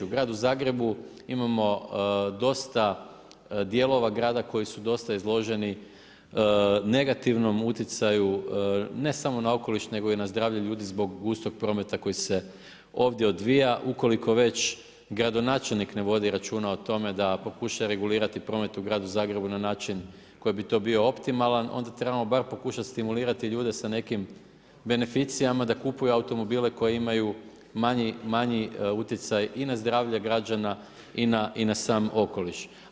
U gradu Zagrebu imamo dosta dijelova grada koji su dosta izloženi negativnom utjecaju ne samo na okoliš nego i na zdravlje ljudi zbog gustog prometa koji se ovdje odvija ukoliko već gradonačelnik ne vodi računa o tome da pokuša regulirati promet u gradu Zagrebu na način koji bi to bio optimalan, onda trebamo bar pokušati stimulirati ljude sa nekim beneficijama da kupuju automobile koji imaju manji utjecaj i na zdravlje građana i na sam okoliš.